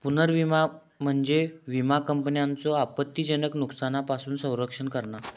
पुनर्विमा म्हणजे विमा कंपन्यांचो आपत्तीजनक नुकसानापासून संरक्षण करणा